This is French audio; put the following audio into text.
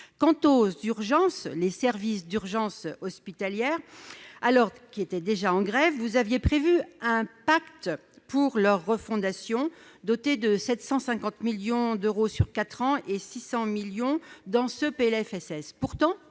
Quant aux services d'urgences hospitalières, alors qu'ils étaient déjà en grève, vous aviez prévu un pacte pour leur refondation doté de 750 millions d'euros sur quatre ans et de 600 millions d'euros dans